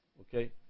Okay